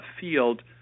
field